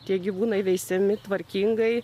tie gyvūnai veisiami tvarkingai